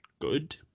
good